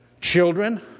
Children